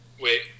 Wait